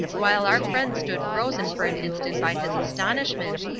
while our friend stood frozen for an instant by his astonishment,